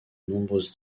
nombreuses